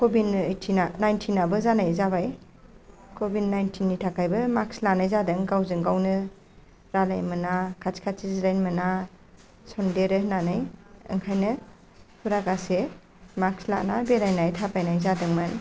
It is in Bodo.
कभिद नाइटिन आबो जानाय जाबाय कभिद नाइनटिन नि थाखायबो मास्क लानाय जादों गावजों गावनो रायज्लायनो मोना खाथि खाथि जिरायनो मोना सनदेरो होननानै बेनिखायनो हुरागासे मास्क लानानै बेरायनाय थाबायनाय जादोंमोन